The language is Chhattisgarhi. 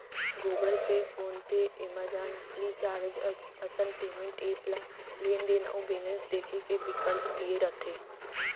Google Pay, PhonePe, Amazon, Freecharge असन पेंमेंट ऐप ले लेनदेन अउ बेलेंस देखे के बिकल्प दिये रथे